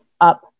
up